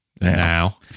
Now